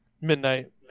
Midnight